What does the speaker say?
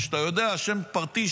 שאתה יודע שם פרטי,